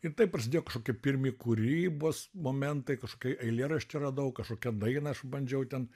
ir taip prasidėjo kažkokie pirmi kūrybos momentai kažkokį eilėraštį radau kažkokią dainą aš bandžiau ten